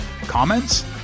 Comments